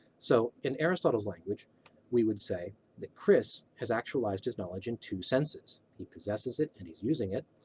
so in aristotle's language we would say that chris has actualized his knowledge in two senses he possesses it and he's using it,